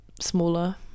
smaller